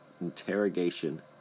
interrogation